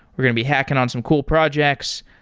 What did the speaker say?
we're going to be hacking on some cool projects.